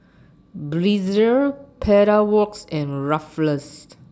Breezer Pedal Works and Ruffles